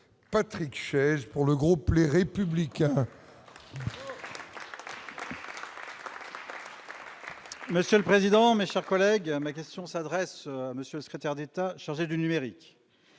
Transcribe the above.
Patrick sièges pour le groupe, les républicains. Monsieur le président, ma chère collègue, ma question s'adresse à Monsieur le secrétaire d'État chargée du numérique